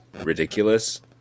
ridiculous